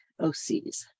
OCs